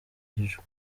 ijwi